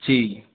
जी